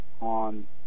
on